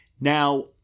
Now